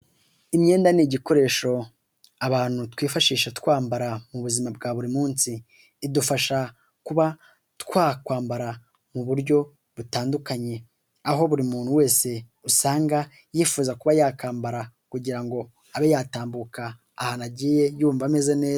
Imyenda ni igikoresho abantu twifashisha twambara mu buzima bwa buri munsi, idufasha kuba twakwambara mu buryo butandukanye, aho buri muntu wese usanga yifuza kuba yakambara kugira ngo abe yatambuka ahantu agiye yumva ameze ne...